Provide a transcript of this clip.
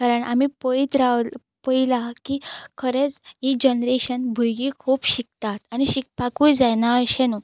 कारण आमी पळयत राव पळयलां की खरेंच ही जनरेशन भुरगीं खूब शिकतात आनी शिकपाकूय जायना अशें न्हू